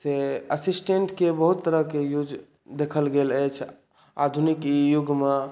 से assistant केँ बहुत तरहकेँ युज देखल गेल अछि आधुनिक युगमे